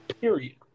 period